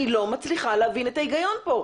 אני לא מצליחה להבין את ההיגיון פה.